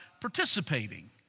participating